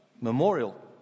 memorial